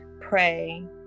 pray